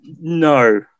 No